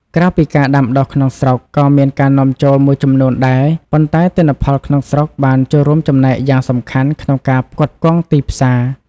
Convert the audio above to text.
ក្រៅពីការដាំដុះក្នុងស្រុក ក៏មានការនាំចូលមួយចំនួនដែរ ប៉ុន្តែទិន្នផលក្នុងស្រុកបានចូលរួមចំណែកយ៉ាងសំខាន់ក្នុងការផ្គត់ផ្គង់ទីផ្សារ។